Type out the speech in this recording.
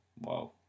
wow